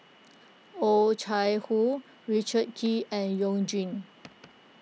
Oh Chai Hoo Richard Kee and You Jin